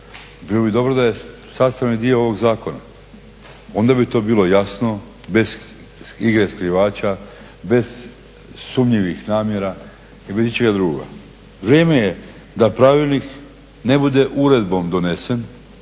Bilo bi dobro da je sastavni dio ovog zakona, onda bi to bilo jasno bez igre skrivača, bez sumnjivih namjera i bez ičega drugoga. Vrijeme je da pravilnik ne bude uredbom donesen